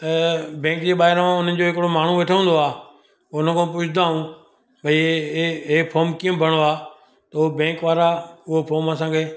bank जे ॿाहिरां हुननि जो हिकिड़ो माण्हू वेठो हूंदो आहे हुनखां पुछदा आहियूं भई इहो इहो फॉम कीअं भरिणो आहे पोइ बेंक वारा उहो फॉम असांखे